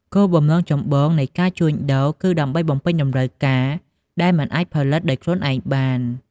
គោលបំណងចម្បងនៃការជួញដូរគឺដើម្បី បំពេញតម្រូវការ ដែលមិនអាចផលិតដោយខ្លួនឯងបាន។